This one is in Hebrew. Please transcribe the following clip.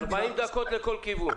40 דקות לכל כיוון.